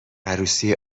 عروسی